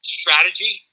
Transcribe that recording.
strategy